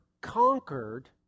conquered